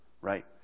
right